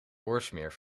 oorsmeer